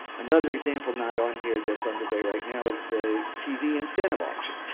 another example not on here that's underway right now is the tv incentive auction,